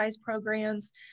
programs